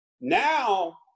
Now